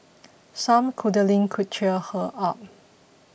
some cuddling could cheer her up